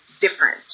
different